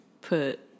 put